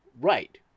Right